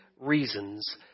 reasons